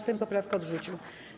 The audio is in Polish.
Sejm poprawkę odrzucił.